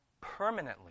permanently